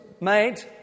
made